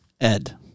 Ed